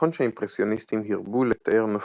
נכון שהאימפרסיוניסטים הרבו לתאר נופים.